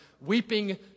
weeping